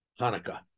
Hanukkah